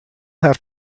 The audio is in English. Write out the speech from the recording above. have